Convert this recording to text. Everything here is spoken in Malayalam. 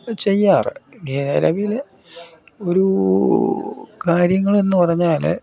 ചെയ്യാറ് നിലവിൽ ഒരു കാര്യങ്ങളെന്ന് പറഞ്ഞാൽ